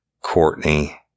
Courtney